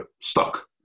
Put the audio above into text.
stuck